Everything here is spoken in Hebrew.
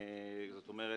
לדוגמה,